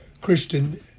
Christian